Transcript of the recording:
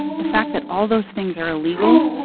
the fact that all those things are illegal,